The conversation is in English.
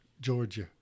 Georgia